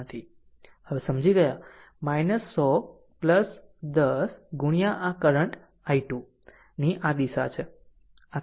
હવે સમજી ગયા 100 10 આ કરંટ i2 આ દિશા છે આ કરંટ i2 છે